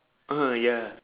(uh huh) ya